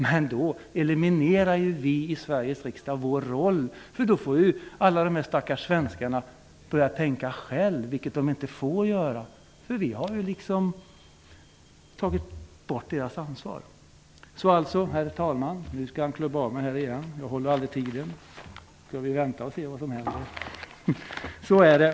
Men då eliminerar vi i Sveriges riksdag vår roll, för då får alla de stackars svenskarna börja tänka själva, vilket de inte får göra nu, för vi har liksom tagit bort deras ansvar. Nu tänker visst talmannen klubba av mig igen, för jag håller aldrig tiden. Skall vi vänta och se vad som händer? Jo, så är det.